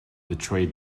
betrayed